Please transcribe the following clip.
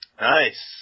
Nice